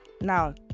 Now